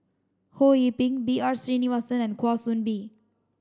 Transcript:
Ho Yee Ping B R Sreenivasan and Kwa Soon Bee